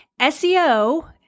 SEO